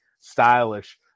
stylish